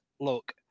look